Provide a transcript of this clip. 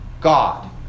God